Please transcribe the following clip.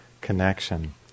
connection